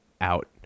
out